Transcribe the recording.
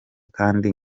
kandi